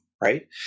right